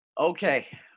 okay